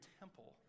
temple